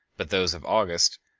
but those of august,